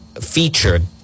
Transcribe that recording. featured